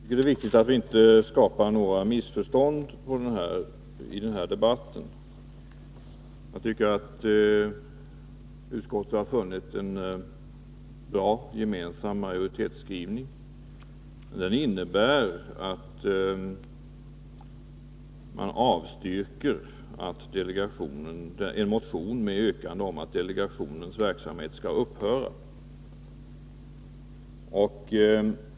Fru talman! Jag tycker att det är viktigt att inte skapa några missförstånd i den här debatten. Jag tycker att utskottet har funnit en bra, gemensam majoritetslinje. Den innebär att man avstyrker en motion med yrkande om att delegationens verksamhet skall upphöra.